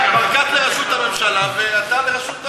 ברקת לראשות הממשלה ואתה לראשות העיר.